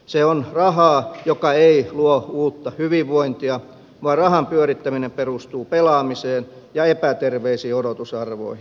se on rahaa joka ei luo uutta hyvinvointia vaan rahan pyörittäminen perustuu pelaamiseen ja epäterveisiin odotusarvoihin